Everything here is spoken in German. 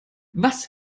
was